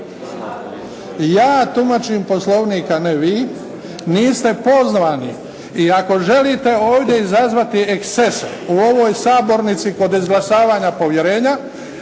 Ja tumačim Poslovnik, a ne vi. Niste pozvani. I ako želite ovdje izazvati ekscese u ovoj sabornici kod izglasavanja povjerenja,